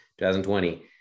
2020